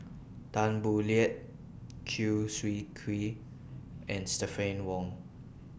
Tan Boo Liat Chew Swee Kee and Stephanie Wong